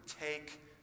take